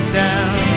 down